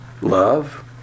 love